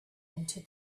into